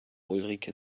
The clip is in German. ulrike